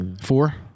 Four